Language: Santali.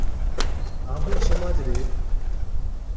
ᱟᱵᱚ ᱥᱚᱢᱟᱡ ᱨᱮ